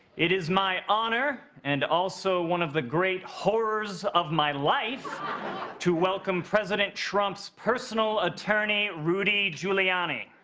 it is my honor and also one of the great horrors of my life to welcome president trump's personal attorney rudy giuliani.